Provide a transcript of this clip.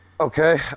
okay